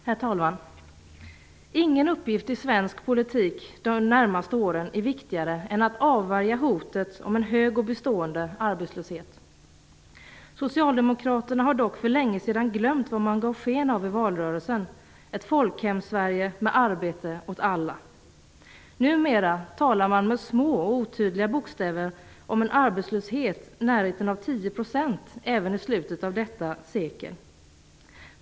Herr talman! Ingen uppgift i svensk politik de närmaste åren är viktigare än att avvärja hotet om en hög och bestående arbetslöshet. Socialdemokraterna har dock för länge sedan glömt vad man gav sken av i valrörelsen - ett Folkhemssverige med arbete åt alla. Numera talar man med små och otydliga bokstäver om en arbetslöshet i närheten av 10 % även i slutet av detta sekel.